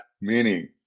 Meaning